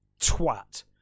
twat